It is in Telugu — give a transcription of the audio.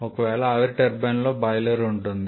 ఒకవేళ ఆవిరి టర్బైన్ లో బాయిలర్ ఉంటుంది